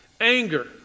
Anger